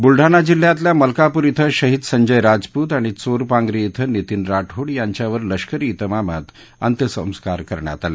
बुलडाणा जिल्ह्यातल्या मलकापूर क्वे शहीद संजय राजपूत आणि चोरपांगरी िंग नितीन राठोड यांच्यावर लष्करी डेमामात अंत्यसंस्कार करण्यात आले